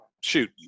shoot